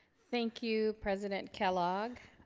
thank you, president kellogg.